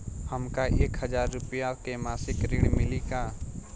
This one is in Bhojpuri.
हमका एक हज़ार रूपया के मासिक ऋण मिली का?